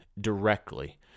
directly